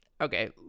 okay